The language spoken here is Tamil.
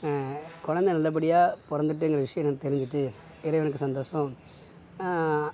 குழந்த நல்லபடியாக பிறந்துட்டுங்குற விஷயம் எனக்கு தெரிஞ்சுட்டு இறைவனுக்கு சந்தோஷம்